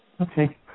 Okay